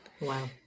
Wow